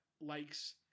likes